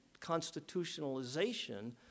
constitutionalization